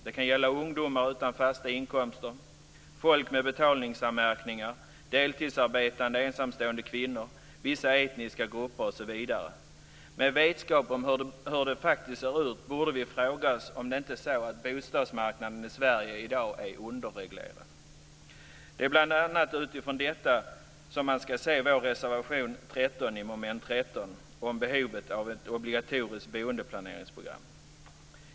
Det kan gälla ungdomar utan fasta inkomster, människor med betalningsanmärkningar, deltidsarbetande ensamstående kvinnor, vissa etniska grupper osv. Med vetskap om hur det faktiskt ser ut borde vi fråga oss om det inte är så att bostadsmarknaden i Sverige i dag är underreglerad. Det är bl.a. utifrån detta som man ska se vår reservation 13 under mom. 13 om behovet av ett obligatoriskt boendeplaneringsprogram.